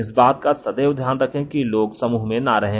इस बात का सदैव ध्यान रखें कि लोग समुह में ना रहें